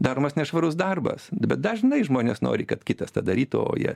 daromas nešvarus darbas bet dažnai žmonės nori kad kitas tą darytų o jie